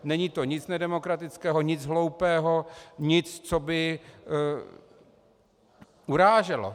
Není to nic nedemokratického, nic hloupého, nic, co by uráželo.